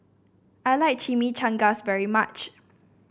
I like Chimichangas very much